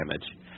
damage